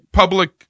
public